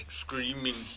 screaming